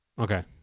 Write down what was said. Okay